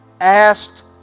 asked